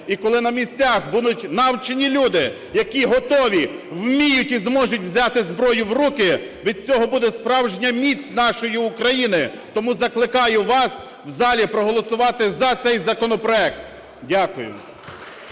І, коли на місцях будуть навчені люди, які готові, вміють і зможуть взяти зброю в руки від цього буде справжня міць нашої України. Тому закликаю вас в залі проголосувати за цей законопроект. Дякую.